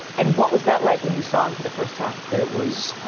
and what was that like when you saw him for the first time? it was